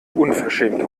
unverschämt